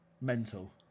Mental